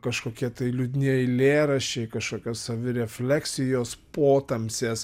kažkokie tai liūdni eilėraščiai kažkokios savirefleksijos potamsės